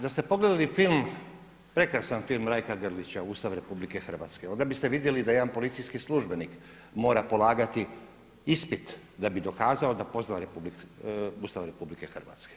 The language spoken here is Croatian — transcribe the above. Da ste pogledali film, prekrasan film Rajka Grlića, Ustav RH onda biste vidjeli da jedan policijski službenik mora polagati ispit da bi dokazao da poznaje Ustav RH.